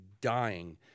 dying